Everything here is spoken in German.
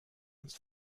uns